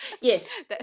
Yes